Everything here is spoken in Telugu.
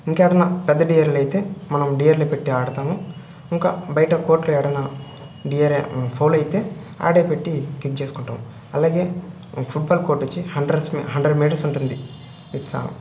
ఇంకెవరన్నా పెద్ద డిఆర్ఏలయితే మనం డిఆర్ఏలే పెట్టి ఆడతాము ఇంకా బైట కోర్ట్లో ఏడైనా డిఆర్ఏ ఫౌలయితే ఆడే పెట్టి కిక్ చేసుకుంటాము అలాగే ఫుట్బాల్ కోర్టోచ్చి హండ్రడ్స్ మీ హండ్రడ్ మీటర్స్ ఉంటుంది ఇట్సా